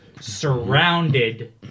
surrounded